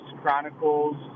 Chronicles